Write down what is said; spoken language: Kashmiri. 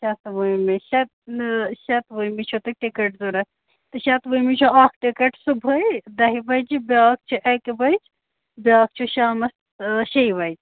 شتوُہمہِ شتہٕ شتوُہمہِ چھُو تۄہہِ ٹِکَٹ ضوٚرَتھ تہٕ شتوُہمہِ چھُو اَکھ ٹِکَٹ صُبحٲے دَہہِ بَجہِ بیٛاکھ چھِ اَکہِ بَجہِ بیٛاکھ چھُ شامَس شیٚیہِ بَجہِ